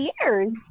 years